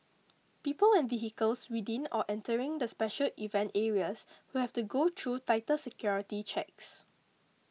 people and vehicles within or entering the special event areas will have to go through tighter security checks